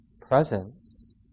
presence